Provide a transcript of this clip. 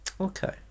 Okay